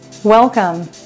Welcome